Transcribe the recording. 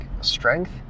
strength